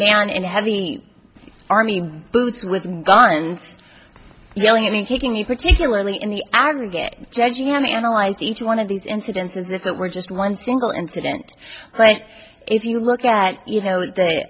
man in heavy army boots with guns yelling at me kicking you particularly in the aggregate judging them analyze each one of these incidents as if it were just one single incident but if you look at you know the